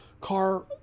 car